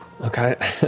Okay